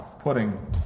putting